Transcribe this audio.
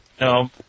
No